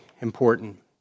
important